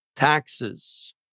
Taxes